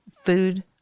food